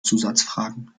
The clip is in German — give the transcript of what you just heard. zusatzfragen